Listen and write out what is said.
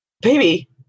Baby